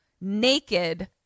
naked